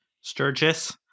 Sturgis